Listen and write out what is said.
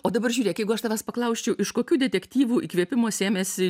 o dabar žiūrėk jeigu aš tavęs paklausčiau iš kokių detektyvų įkvėpimo sėmėsi